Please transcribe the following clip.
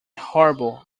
horrible